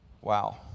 Wow